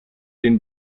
den